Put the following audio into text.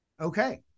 Okay